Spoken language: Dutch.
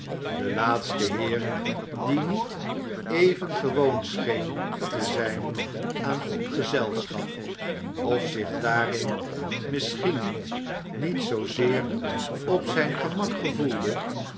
de laatste heer die niet even gewoon scheen te zijn aan goed gezelschap of zich daarin misschien niet zoozeer op zijn gemak gevoelde